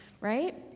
right